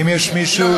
מישהו,